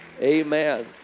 Amen